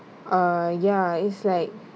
uh ya is like